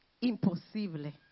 imposible